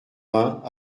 vingt